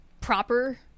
proper